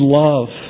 love